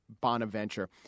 Bonaventure